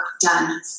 done